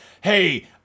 hey